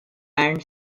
and